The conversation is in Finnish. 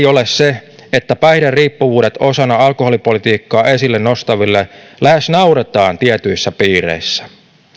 ole se että päihderiippuvuudet osana alkoholipolitiikkaa esille nostaville lähes nauretaan tietyissä piireissä